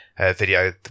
video